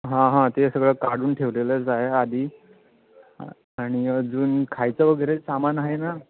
हां हां ते सगळं काढून ठेवलेलंच आहे आधी आणि अजून खायचं वगैरे सामान आहे ना